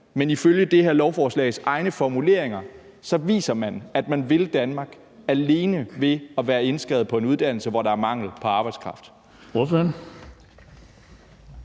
Men ifølge det her lovforslags egne formuleringer viser man, at man vil Danmark, alene ved at være indskrevet på en uddannelse, hvor der er mangel på arbejdskraft.